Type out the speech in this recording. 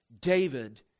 David